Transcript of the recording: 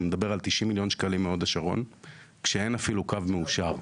אני מדבדר על 90 מיליון שקלים מהוד השרון כשאין אפילו קו מאושר.